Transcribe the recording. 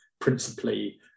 principally